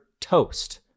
toast